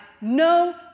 no